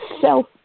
self